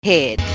Head